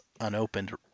unopened